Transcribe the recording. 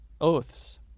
oaths